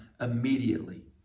immediately